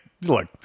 look